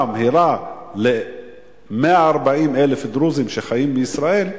מהירה ל-140,000 דרוזים שחיים בישראל,